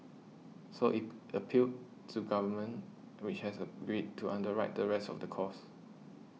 so it appealed to Government which has agreed to underwrite the rest of the cost